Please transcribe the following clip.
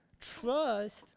Trust